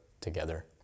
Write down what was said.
together